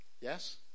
Yes